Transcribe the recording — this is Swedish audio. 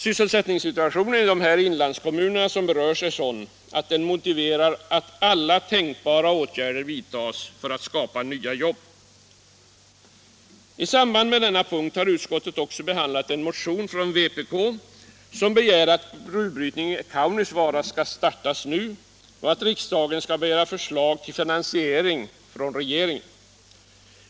Sysselsättningssituationen i dessa inlandskommuner som berörs är sådan att den motiverar att alla tänkbara åtgärder vidtas för att skapa nya jobb. I samband med denna punkt har utskottet också behandlat en motion från vpk, som begär att gruvbrytning i Kaunisvaara skall startas nu och att riksdagen skall begära förslag till finansiering från regeringen.